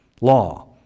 law